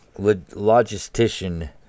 Logistician